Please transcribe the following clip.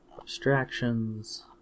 abstractions